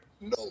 No